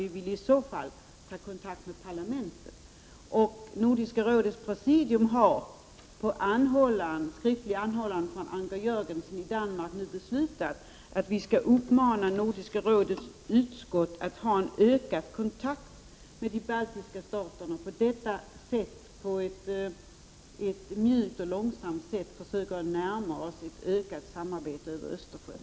Vi ville i så fall ta kontakt med parlamentet. Nordiska rådets presidium har på skriftlig anhållan från Anker Jörgensen i Danmark beslutat att uppmana Nordiska rådets utskott att ha en ökad kontakt med de baltiska staterna. På ett mjukt och långsamt sätt skall vi försöka närma oss ett ökat samarbete över Östersjön.